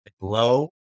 low